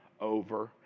Over